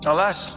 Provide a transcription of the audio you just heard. Alas